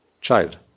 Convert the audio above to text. child